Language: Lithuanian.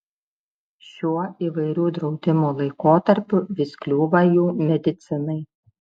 šiuo įvairių draudimų laikotarpiu vis kliūva jų medicinai